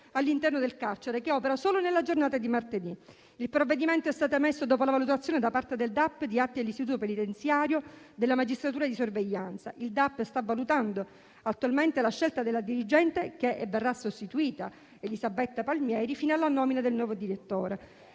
suo interno, che opera solo nella giornata di martedì. Il provvedimento è stato emesso dopo la valutazione da parte del DAP di atti dell'istituto penitenziario e della magistratura di sorveglianza. Il DAP sta valutando attualmente la scelta della dirigente, Elisabetta Palmieri, che verrà sostituita fino alla nomina del nuovo direttore.